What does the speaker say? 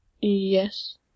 Yes